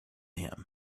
him